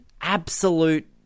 absolute